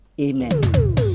Amen